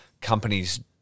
companies